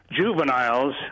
juveniles